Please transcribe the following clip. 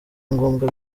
ngombwa